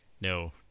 No